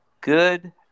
good